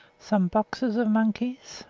some boxes of monkeys,